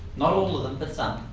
not all of them but.